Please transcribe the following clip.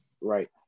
right